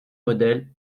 modèles